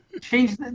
change